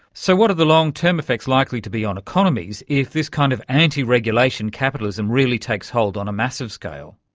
so what are the long-term effects likely to be on economies if this kind of anti-regulation capitalism really takes hold on a massive scale?